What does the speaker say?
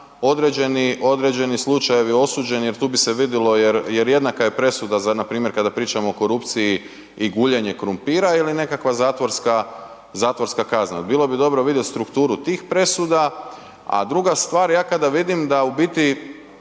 određeni slučajevi osuđeni jer tu bi se vidilo jer, jer jednaka je presuda za npr. kada pričamo o korupciji i guljenje krumpira ili nekakva zatvorska, zatvorska kazna, bilo bi dobro vidjet strukturu tih presuda, a druga stvar, ja kada vidim da u biti